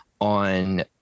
on